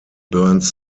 burns